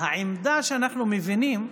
העמדה שאנחנו מבינים,